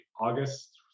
August